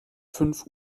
fünf